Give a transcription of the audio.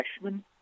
freshman